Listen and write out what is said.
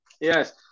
yes